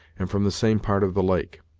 and from the same part of the lake.